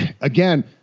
again